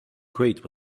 crate